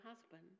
husband